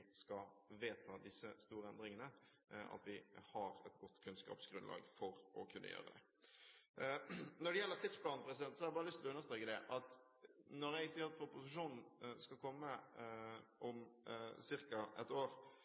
skal vedta disse store endringene, at vi har et godt kunnskapsgrunnlag for å kunne gjøre det. Når det gjelder tidsplanen, har jeg bare lyst til å understreke at når jeg sier at proposisjonen skal komme om ca. et år,